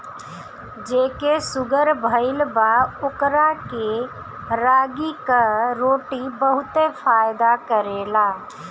जेके शुगर भईल बा ओकरा के रागी कअ रोटी बहुते फायदा करेला